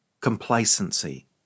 Complacency